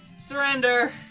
surrender